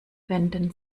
wenden